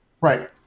right